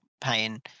paying